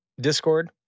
discord